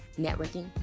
networking